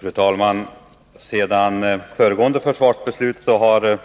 Fru talman! Sedan föregående försvarsbeslut har